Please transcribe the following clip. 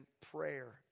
prayer